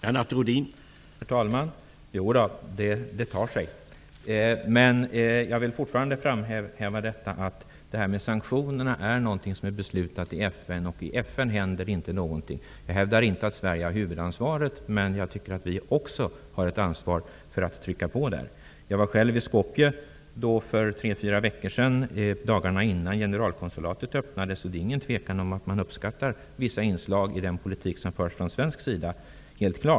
Herr talman! Jo då, det tar sig. Jag vill fortfarande framhäva att sanktionerna är något som har beslutats om i FN, och i FN händer det inte någonting. Jag hävdar inte att Sverige har huvudansvaret, men jag tycker att vi också har ett ansvar för att trycka på. Jag var själv i Skopje för tre fyra veckor sedan, dagarna innan generalkonsulatet öppnades. Det råder inget tvivel om att man uppskattar vissa inslag i den politik som förs från svensk sida.